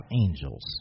angels